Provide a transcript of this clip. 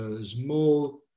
small